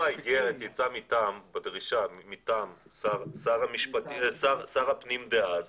אבל אם האיגרת או הדרישה יצאה מטעם שר הפנים דאז